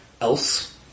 else